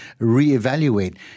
reevaluate